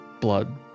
blood